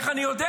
איך אני יודע?